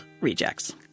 rejects